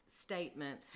statement